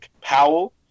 Powell